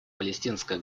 палестинское